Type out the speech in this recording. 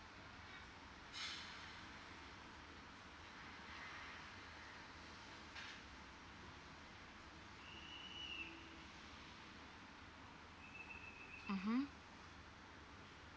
(uh huh)